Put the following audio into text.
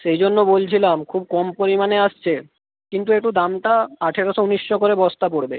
সেই জন্য বলছিলাম খুব কম পরিমাণে আসছে কিন্তু একটু দামটা আঠেরোশো উনিশশো করে বস্তা পড়বে